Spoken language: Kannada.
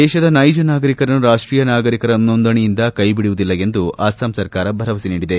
ದೇಶದ ನೈಜ ನಾಗರಿಕರನ್ನು ರಾಷ್ಟೀಯ ನಾಗರಿಕರ ನೋಂದಣಿಯಿಂದ ಕೈಬಿಡುವುದಿಲ್ಲ ಎಂದು ಅಸ್ಸಾಂ ಸರ್ಕಾರ ಭರವಸೆ ನೀಡಿದೆ